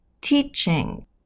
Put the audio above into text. teaching